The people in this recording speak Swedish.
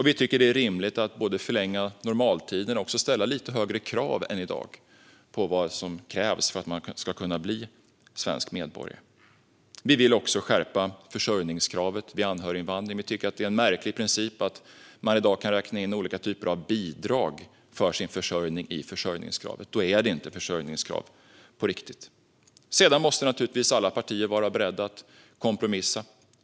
Vi tycker att det är rimligt att förlänga normaltiden och att ställa lite högre krav än i dag på vad som krävs för att kunna bli svensk medborgare. Vi vill också skärpa försörjningskravet vid anhöriginvandring. Det är en märklig princip att man i dag kan räkna in olika slags bidrag som sin försörjning i försörjningskravet. Då är det inget försörjningskrav på riktigt. Alla partier måste naturligtvis vara beredda att kompromissa.